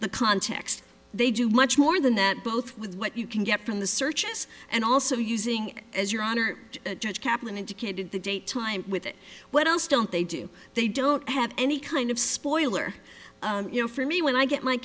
the context they do much more than that both with what you can get from the searches and also using as your honor judge kaplan indicated the date time with it what else don't they do they don't have any kind of spoiler you know for me when i get my